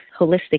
holistic